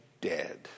dead